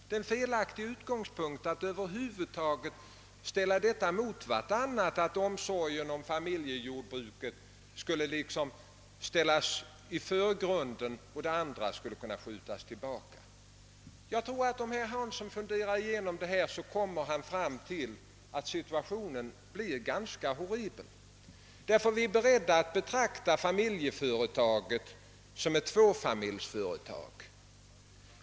Det är en felaktig utgångspunkt att tro att omsorgen om familjejordbruket skall ställas i förgrunden och andra åtgärder skjutas åt sidan. Om herr Hansson i Skegrie funderar igenom dessa frågor kommer han nog fram till slutsatsen att situationen skulle bli ganska horribel. Vi är beredda att betrakta familjeföretaget som ett tvåfamiljsföretag.